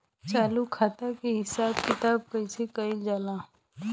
चालू खाता के हिसाब किताब कइसे कइल जाला?